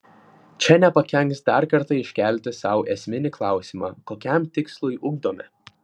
čia nepakenks dar kartą iškelti sau esminį klausimą kokiam tikslui ugdome